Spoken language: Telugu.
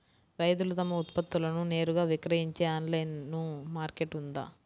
రైతులు తమ ఉత్పత్తులను నేరుగా విక్రయించే ఆన్లైను మార్కెట్ ఉందా?